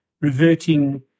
reverting